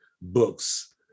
books